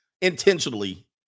intentionally